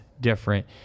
different